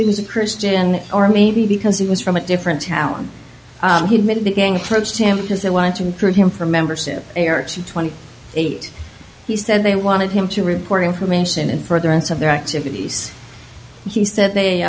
he was a christian or maybe because he was from a different town he admitted the gang approached him because they wanted to encourage him for membership to twenty eight he said they wanted him to report information in furtherance of their activities he said they